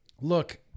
Look